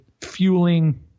fueling